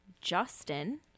Justin